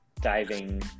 diving